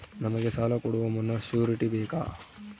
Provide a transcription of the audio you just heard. ನಮಗೆ ಸಾಲ ಕೊಡುವ ಮುನ್ನ ಶ್ಯೂರುಟಿ ಬೇಕಾ?